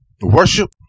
worship